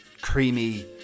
creamy